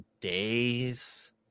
days